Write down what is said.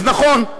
אז נכון,